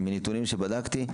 מהנתונים שבדקתי,